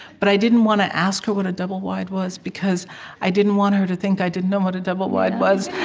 but i didn't want to ask her what a double-wide was because i didn't want her to think i didn't know what a double-wide was